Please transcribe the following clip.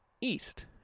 east